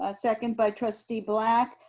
ah second by trustee black,